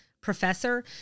professor